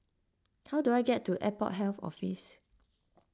how do I get to Airport Health Office